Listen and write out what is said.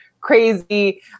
crazy